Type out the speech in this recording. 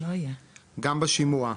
גם בשימוע,